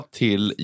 till